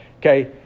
Okay